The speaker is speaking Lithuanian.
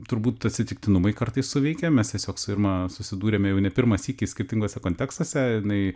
turbūt atsitiktinumai kartais suveikia mes tiesiog su irma susidūrėme jau ne pirmą sykį skirtinguose kontekstuose jinai